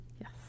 Yes